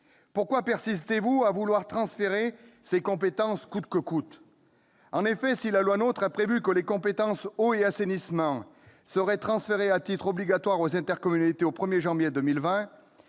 Pourquoi persistez-vous à vouloir transférer coûte que coûte ces compétences ? En effet, si la loi NOTRe a prévu que les compétences « eau » et « assainissement » seraient transférées à titre obligatoire aux intercommunalités au 1 janvier 2020,